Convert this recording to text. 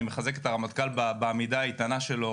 אני מחזק את הרמטכ"ל בעמידה האיתנה שלו